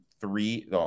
three